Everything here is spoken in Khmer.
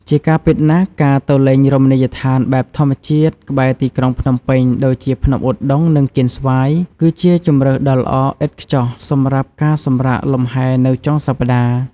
ជាការពិត ការទៅលេងរមណីយដ្ឋានបែបធម្មជាតិក្បែរទីក្រុងភ្នំពេញដូចជាភ្នំឧដុង្គ និងកៀនស្វាយ គឺជាជម្រើសដ៏ល្អឥតខ្ចោះសម្រាប់ការសម្រាកលំហែនៅចុងសប្តាហ៍។